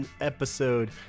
episode